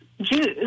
Jews